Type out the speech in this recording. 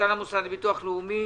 מנכ"ל המוסד לביטוח לאומי,